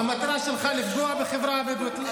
המטרה שלך לפגוע בחברה הבדואית.